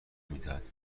میدهد